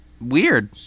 Weird